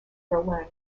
berlin